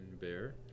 Bear